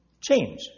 change